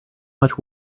much